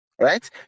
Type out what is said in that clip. right